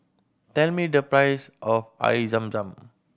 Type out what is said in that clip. tell me the price of Air Zam Zam